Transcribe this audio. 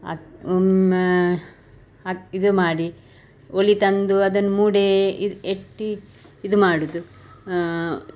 ಅದು ಒಮ್ಮೇ ಅದು ಇದು ಮಾಡಿ ಒಲೆ ತಂದು ಅದನ್ನು ಮೂಡೇ ಇದು ಎಟ್ಟಿ ಇದು ಮಾಡುವುದು